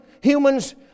humans